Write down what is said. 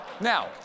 Now